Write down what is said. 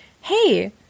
hey